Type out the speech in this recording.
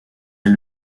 est